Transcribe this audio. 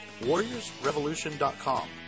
warriorsrevolution.com